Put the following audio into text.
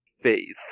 faith